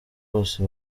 bose